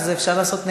אז אפשר להצביע נגד.